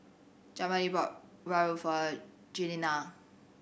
Jameel bought rawon for Glenna